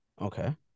Okay